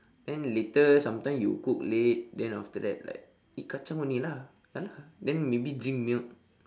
then later sometimes you cook late then after that like eat kacang only lah ya lah then maybe drink milk